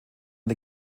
der